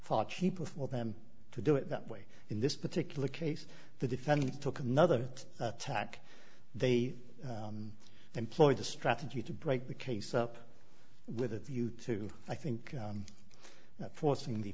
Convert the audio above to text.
far cheaper for them to do it that way in this particular case the defendant took another tack they employed a strategy to break the case up with a view to i think forcing the